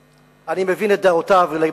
אני מבין את דעותיו בנושא הדת,